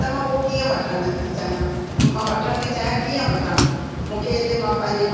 त मां उहो कीअं वठनि थी चाहियां मां वठनि थी चाहियां कीअं वठां मूंखे हिते मां पंहिंजे